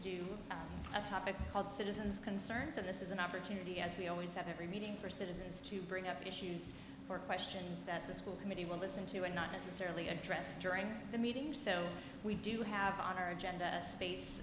a topic called citizens concerns of this is an opportunity as we always have every meeting for citizens to bring up issues for questions that the school committee will listen to and not necessarily address during the meeting so we do have on our agenda space